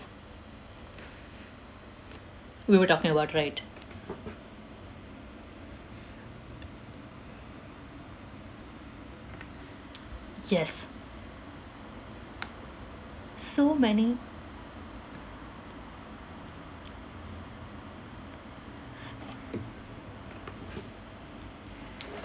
we were talking about right yes so many